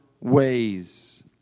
ways